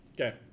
Okay